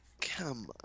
come